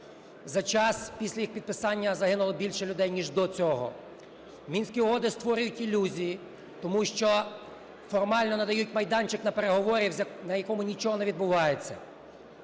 За час, після їх підписання загинуло більше людей, ніж до цього. Мінські угоди створюють ілюзії, тому що формально надають майданчик на переговори, на якому нічого не відбувається.